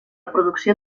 producció